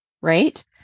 right